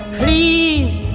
please